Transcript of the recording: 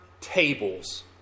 tables